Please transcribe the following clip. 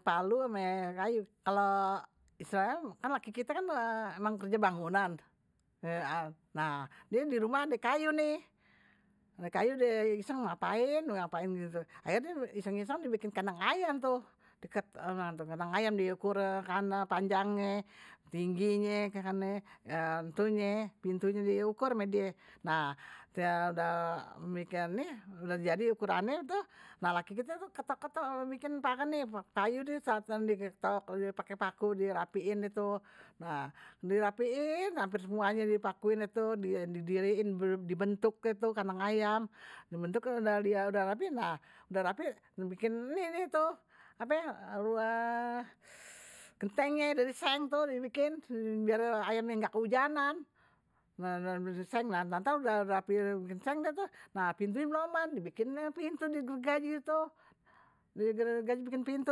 Palu ame kayu, kalo istilahnye kan laki kite kerja bangunan, nah dirumah ada kayu nih, die iseng ngapain ngapain nih, akhirnye die iseng iseng bikin kendang ayam tuh, kendang ayam diukur panjangnye, tingginye pintunye diukur ama die. nah udah jadi ukurannye ntu nah laki kite ketok ketok kalo bikin kayu diketok, pake paku dirapiin deh tuh dirapiin ampe semuanye dipakuin deh tuh didiriin dibentuk deh tuh kendang ayam, dibentuk udah rapi bikin inian deh tuh. ape gentengnye dari seng tuh dibikin biar ayamnye engga kehujanan ntar udah rapi dari bikin seng dah tuh, pintunye belonan, dibikinin pintu digergaji tuh, die gergaji bikin pintu,